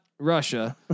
Russia